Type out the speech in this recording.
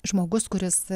žmogus kuris